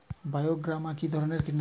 বায়োগ্রামা কিধরনের কীটনাশক?